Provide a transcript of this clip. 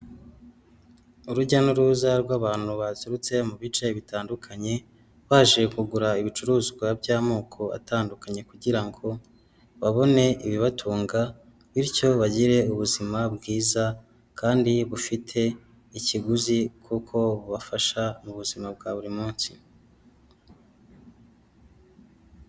Urujya n'uruza rw'abantu baturutse mu bice bitandukanye, baje kugura ibicuruzwa by'amoko atandukanye kugira ngo babone ibibatunga, bityo bagire ubuzima bwiza kandi bufite ikiguzi, kuko bubafasha mu buzima bwa buri munsi.